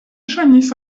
ŝajnis